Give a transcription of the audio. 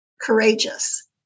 courageous